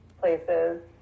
places